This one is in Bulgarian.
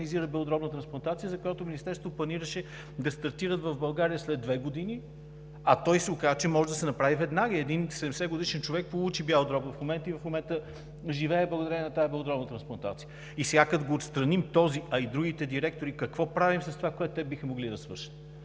която Министерството планираше да стартира в България след две години? Оказа се обаче, че може да се направи и веднага и един 70-годишен човек получи бял дроб и в момента живее благодарение на тази белодробна трансплантация. И сега, като го отстраним този, а и другите директори, какво правим с това, което те биха могли да свършат?